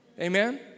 Amen